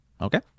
okay